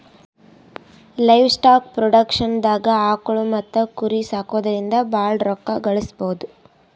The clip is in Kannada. ಲೈವಸ್ಟಾಕ್ ಪ್ರೊಡಕ್ಷನ್ದಾಗ್ ಆಕುಳ್ ಮತ್ತ್ ಕುರಿ ಸಾಕೊದ್ರಿಂದ ಭಾಳ್ ರೋಕ್ಕಾ ಗಳಿಸ್ಬಹುದು